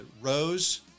Rose